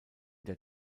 der